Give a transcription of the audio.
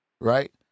right